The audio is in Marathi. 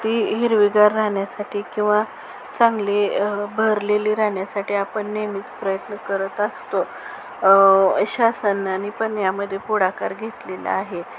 ती हिरवीगार राहण्यासाठी किंवा चांगली बहरलेली राहण्यासाठी आपण नेहमीच प्रयत्न करत असतो अशा सणांनी पण यामध्ये पुढाकार घेतलेला आहे